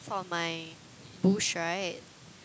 from my bush right